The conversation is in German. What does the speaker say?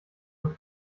und